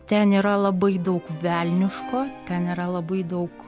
ten yra labai daug velniško ten yra labai daug